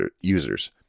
users